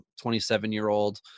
27-year-old